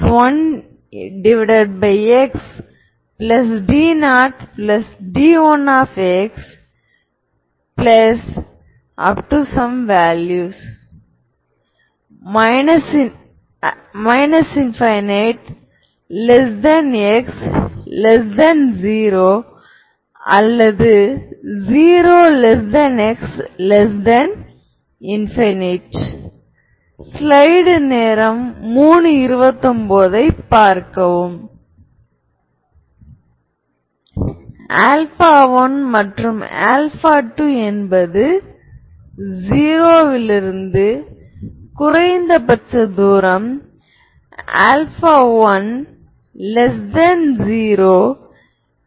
skew symmetric matrix அல்லது Hermitian மேட்ரிக்ஸின் வரையறையானது ஒரு மேட்ரிக்ஸ் An×n ஹெர்மீடியன் அப்போது எங்களிடம் ATA உள்ளது அங்கு AAT மற்றும் AT என்பது A யின் ட்ரான்ஸ்போஸ் ஐக் குறிக்கிறது